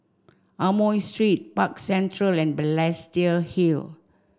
Amoy Street Park Central and Balestier Hill